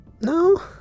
No